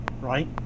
right